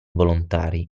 volontari